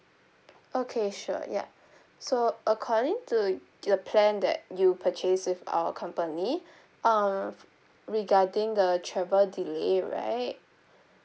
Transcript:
okay sure ya so according to the plan that you purchased with our company um regarding the travel delay right